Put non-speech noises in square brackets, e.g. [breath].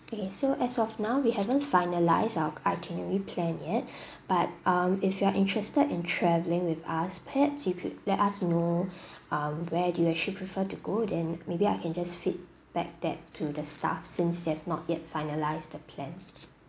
okay so as of now we haven't finalise our itinerary plan yet [breath] but um if you are interested in travelling with us perhaps you could let us to know [breath] um where do you actually prefer to go then maybe I can just feedback that to the staff since they have not yet finalised the plan